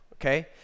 okay